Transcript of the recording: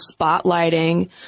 spotlighting